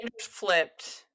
flipped